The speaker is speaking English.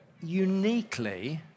uniquely